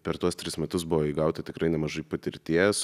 per tuos tris metus buvo įgauta tikrai nemažai patirties